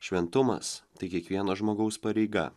šventumas tai kiekvieno žmogaus pareiga